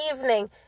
evening